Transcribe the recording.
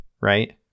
Right